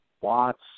Watts